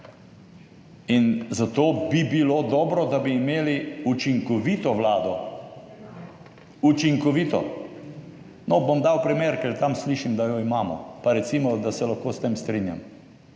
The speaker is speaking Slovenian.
In zato bi bilo dobro, da bi imeli učinkovito vlado, učinkovito - bom dal primer, ker tam slišim, da jo imamo, pa recimo, da se lahko s tem strinjam.